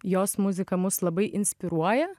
jos muzika mus labai inspiruoja